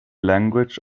language